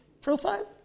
profile